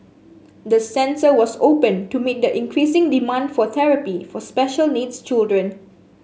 the centre was opened to meet the increasing demand for therapy for special needs children